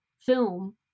film